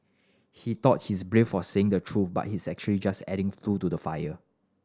he thought he's brave for saying the truth but he's actually just adding fuel to the fire